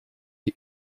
die